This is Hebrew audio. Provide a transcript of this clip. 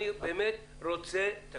אנחנו